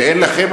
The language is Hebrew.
שאין לכם,